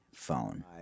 Phone